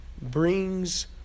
brings